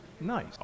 Nice